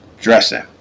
dressing